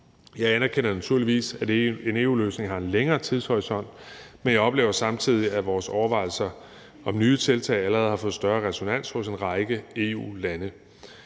Jeg anerkender naturligvis, at en EU-løsning har en længere tidshorisont, men jeg oplever samtidig, at vores overvejelser om nye tiltag allerede har fået større resonans hos en række EU-lande.